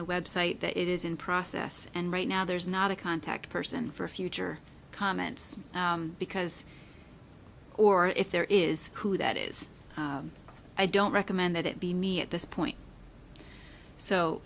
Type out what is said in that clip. the website that it is in process and right now there's not a contact person for future comments because or if there is who that is i don't recommend that it be me at this point so